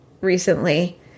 recently